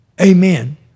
Amen